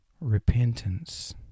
Repentance